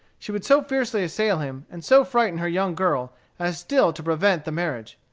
she would so fiercely assail him and so frighten her young girl as still to prevent the marriage.